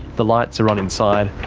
the lights are on inside,